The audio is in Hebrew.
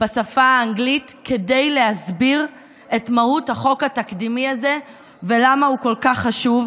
בשפה האנגלית כדי להסביר את מהות החוק התקדימי הזה ולמה הוא כל כך חשוב.